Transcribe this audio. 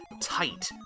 tight